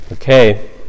Okay